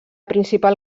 principal